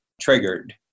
triggered